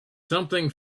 something